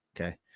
okay